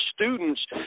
students